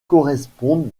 correspondent